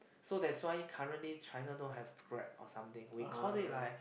so that's why currently China don't have grab or something we call it like